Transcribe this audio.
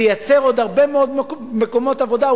זה ייצר עוד הרבה מאוד מקומות עבודה,